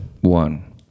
One